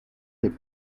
lip